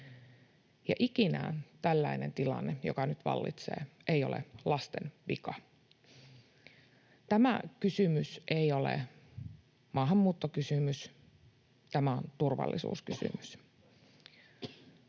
Ja ikinä tällainen tilanne, joka nyt vallitsee, ei ole lasten vika. Tämä kysymys ei ole maahanmuuttokysymys, tämä on turvallisuuskysymys.